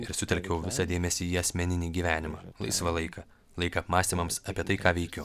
ir sutelkiau visą dėmesį į asmeninį gyvenimą laisvą laiką laiką apmąstymams apie tai ką veikiu